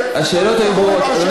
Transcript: השאלות היו ברורות.